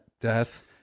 death